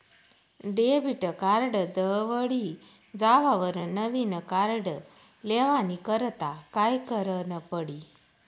Debit card दवडी जावावर नविन कार्ड लेवानी करता काय करनं पडी?